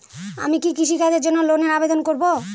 আমি কি কৃষিকাজের জন্য লোনের আবেদন করব?